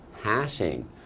hashing